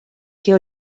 que